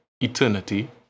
eternity